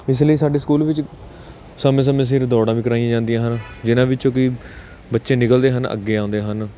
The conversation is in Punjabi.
ਇਸ ਲਈ ਸਾਡੇ ਸਕੂਲ ਵਿੱਚ ਸਮੇਂ ਸਮੇਂ ਸਿਰ ਦੌੜਾਂ ਵੀ ਕਰਾਈਆਂ ਜਾਂਦੀਆਂ ਹਨ ਜਿਹਨਾਂ ਵਿੱਚੋਂ ਕਿ ਬੱਚੇ ਨਿਕਲਦੇ ਹਨ ਅੱਗੇ ਆਉਂਦੇ ਹਨ